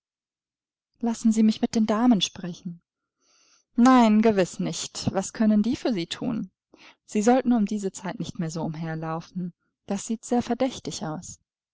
lassen sie mich mit den damen sprechen nein gewiß nicht was könnten die für sie thun sie sollten um diese zeit nicht mehr so umherlaufen das sieht sehr verdächtig aus